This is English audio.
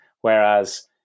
Whereas